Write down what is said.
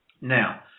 Now